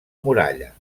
muralla